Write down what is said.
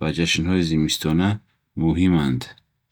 ва ҷашнҳои зимистона муҳиманд.